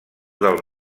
del